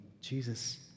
Jesus